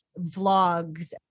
vlogs